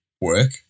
work